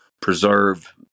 preserve